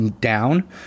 down